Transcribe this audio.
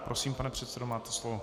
Prosím, pane předsedo, máte slovo.